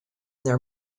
their